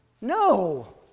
No